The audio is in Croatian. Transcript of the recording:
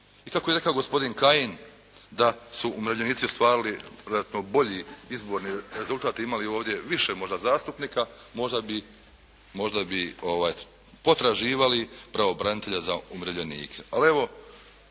I kako je rekao gospodin Kajin da su umirovljenici ostvarili vjerojatno bolji izborni rezultat i imali ovdje više možda zastupnika možda bi potraživali pravobranitelja za umirovljenike.